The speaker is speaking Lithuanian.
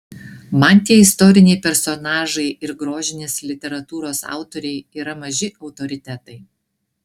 man tie istoriniai personažai ir grožinės literatūros autoriai yra maži autoritetai